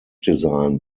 design